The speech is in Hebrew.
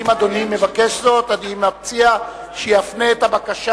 אם אדוני מבקש זאת, אני מציע שיפנה את הבקשה